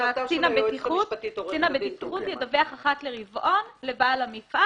קצין הבטיחות ידווח אחת לרבעון לבעל המפעל